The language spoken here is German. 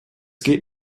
geht